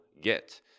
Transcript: get